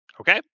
Okay